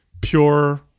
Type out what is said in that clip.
pure